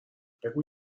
بگو